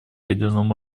ядерному